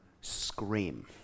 scream